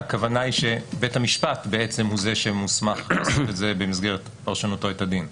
שהכוונה היא שבית המשפט הוא זה שמוסמך במסגרת פרשנותו את הדין.